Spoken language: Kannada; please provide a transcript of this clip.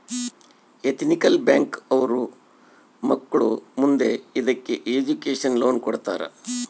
ಎತಿನಿಕಲ್ ಬ್ಯಾಂಕ್ ಅವ್ರು ಮಕ್ಳು ಮುಂದೆ ಇದಕ್ಕೆ ಎಜುಕೇಷನ್ ಲೋನ್ ಕೊಡ್ತಾರ